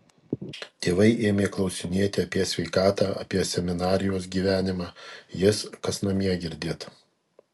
tėvai ėmė klausinėti apie sveikatą apie seminarijos gyvenimą jis kas namie girdėt